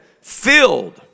filled